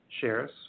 shares